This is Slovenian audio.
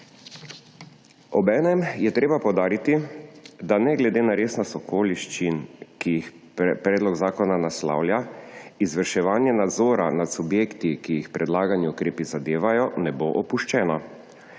Obenem je treba poudariti, da ne glede na resnost okoliščin, ki jih predlog zakona naslavlja, izvrševanje nadzora nad subjekti, ki jih predlagani ukrepi zadevajo, ne bo opuščeno.